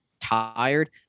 tired